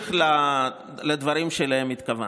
אמשיך לדברים שאליהם התכוונתי.